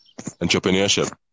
Entrepreneurship